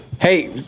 Hey